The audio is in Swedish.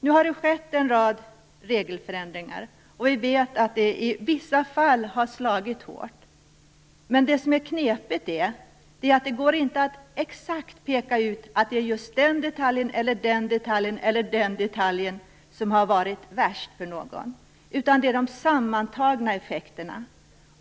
Det har nu skett en rad regelförändringar, som i vissa fall har slagit hårt. Det knepiga är att det inte går att exakt peka ut någon viss detalj som har varit värst för någon. Vad det gäller är de sammantagna effekterna.